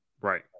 right